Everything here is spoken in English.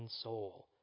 soul